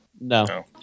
No